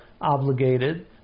obligated